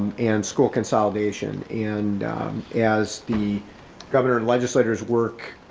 and and school consolidation. and as the governor and legislators work,